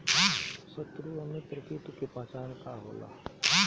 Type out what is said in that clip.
सत्रु व मित्र कीट के पहचान का होला?